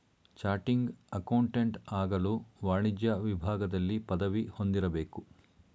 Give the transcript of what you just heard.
ಚಾಟಿಂಗ್ accountant ಆಗಲು ವಾಣಿಜ್ಯ ವಿಭಾಗದಲ್ಲಿ ಪದವಿ ಹೊಂದಿರಬೇಕು